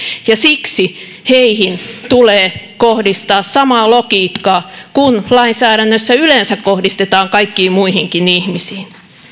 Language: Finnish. ja siksi heihin tulee kohdistaa samaa logiikkaa kuin lainsäädännössä yleensä kohdistetaan kaikkiin muihinkin ihmisiin